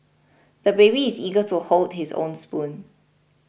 the baby is eager to hold his own spoon